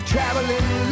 Traveling